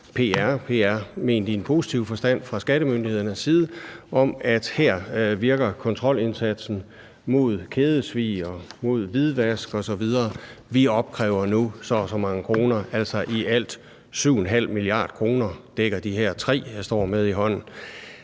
pr ment i en positiv forstand – fra skattemyndighedernes side om, at her virker kontrolindsatsen mod kædesvig og mod hvidvask osv. Vi opkræver nu så og så mange kroner, altså i alt 7,5 mia. kr. Det dækker de her tre, jeg står med i hånden.